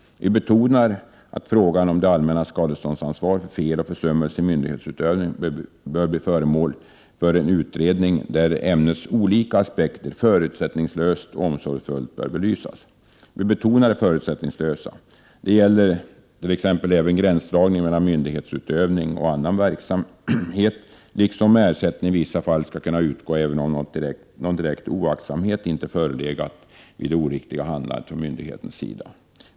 Vi betonar att frågan om det allmännas skadeståndsansvar vid fel och försummelser i myndighetsutövning bör bli föremål för en utredning, där ämnets olika aspekter förutsättningslöst och omsorgsfullt belyses. Vi betonar det förutsättningslösa. Det gäller t.ex. även gränsdragningen mellan myndighetsverksamhet och annan verksamhet liksom om ersättning i vissa fall skall kunna utgå även om någon direkt oaktsamhet inte förelegat vid det oriktiga handlandet från myndighetens sida.